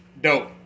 Dope